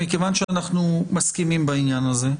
מכיוון שאנחנו מסכימים בעניין הזה,